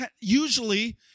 usually